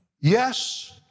Yes